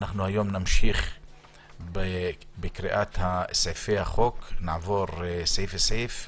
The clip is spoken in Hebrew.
היום נמשיך בהקראת סעיפי החוק, נעבור סעיף-סעיף.